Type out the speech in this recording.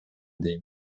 дейм